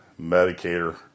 Medicator